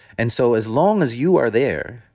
and so as long as you are there,